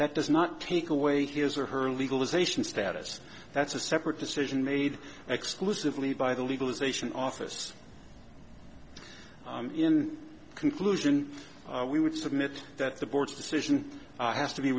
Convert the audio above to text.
that does not take away his or her legalization status that's a separate decision made exclusively by the legalisation office in conclusion we would submit that the board's decision has to be